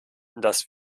dass